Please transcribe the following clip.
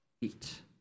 eat